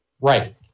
Right